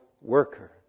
worker